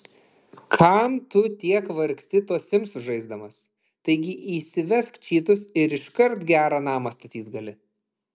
kam tu tiek vargsti tuos simsus žaisdamas taigi įsivesk čytus ir iškart gerą namą statyt gali